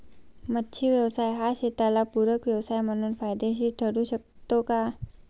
मच्छी व्यवसाय हा शेताला पूरक व्यवसाय म्हणून फायदेशीर ठरु शकतो का?